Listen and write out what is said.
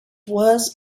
was